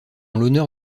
l’honneur